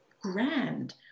grand